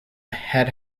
had